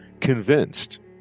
convinced